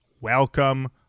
Welcome